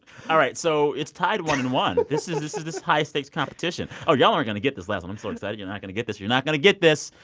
all right, so it's tied one and one. this is this is high-stakes competition. oh, y'all aren't going to get this last one. i'm so excited. you're not going to get this. you're not going to get this.